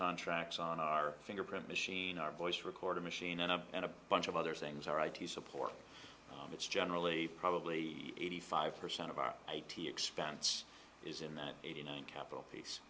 contracts on our fingerprint machine our voice recording machine and i and a bunch of other things our i t support it's generally probably eighty five percent of our eighty expense is in that eighty nine capital piece